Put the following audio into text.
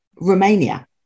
Romania